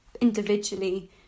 individually